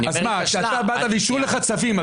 כשבאת ואישרו לך צווים,